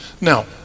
Now